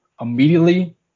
Immediately